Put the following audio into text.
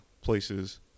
places